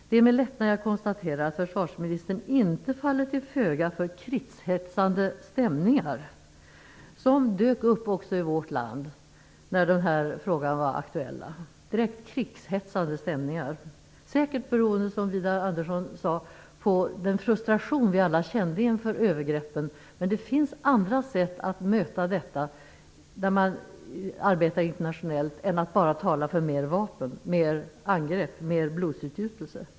Det är med lättnad jag konstaterar att försvarsministern inte faller till föga för de krigshetsande stämningar som dök upp också i vårt land när de här frågorna var aktuella. Det var direkt krigshetsande stämningar, och som Widar Andersson sade berodde de säkert på den frustration vi alla kände inför övergreppen. Men det finns andra sätt att möta detta, när man arbetar internationellt, än att bara tala för mer vapen, mer angrepp och mer blodsutgjutelse.